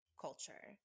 culture